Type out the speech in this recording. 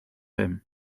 him